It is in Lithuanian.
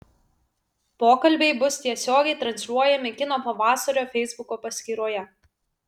pokalbiai bus tiesiogiai transliuojami kino pavasario feisbuko paskyroje